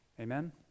Amen